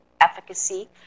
efficacy